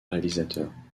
réalisateurs